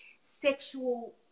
sexual